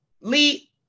Lee